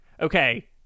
okay